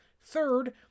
third